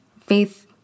faith